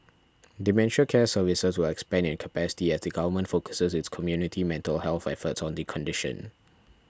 dementia care services will expand in capacity as the Government focuses its community mental health efforts on the condition